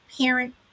parent